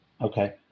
Okay